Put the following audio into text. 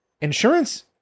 Insurance